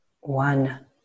one